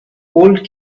old